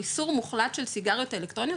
איסור מוחלט של סיגריות אלקטרוניות,